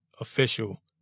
official